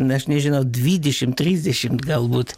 aš nežinau dvidešimt trisdešimt galbūt